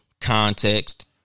context